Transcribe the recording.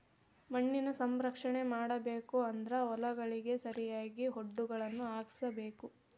ಮಣ್ಣಿನ ಸಂರಕ್ಷಣೆ ಮಾಡಬೇಕು ಅಂದ್ರ ಹೊಲಗಳಿಗೆ ಸರಿಯಾಗಿ ವಡ್ಡುಗಳನ್ನಾ ಹಾಕ್ಸಬೇಕ